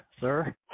sir